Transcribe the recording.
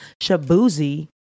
Shabuzi